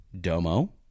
Domo